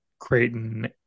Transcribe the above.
Creighton